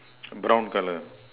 brown colour